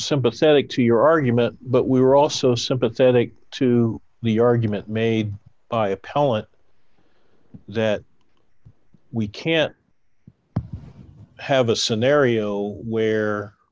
sympathetic to your argument but we were also sympathetic to the argument made by appellant that we can't have a scenario